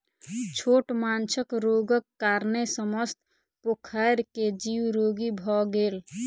छोट माँछक रोगक कारणेँ समस्त पोखैर के जीव रोगी भअ गेल